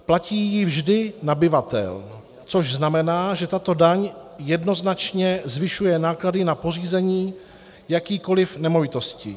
Platí ji vždy nabyvatel, což znamená, že tato daň jednoznačně zvyšuje náklady na pořízení jakékoli nemovitosti.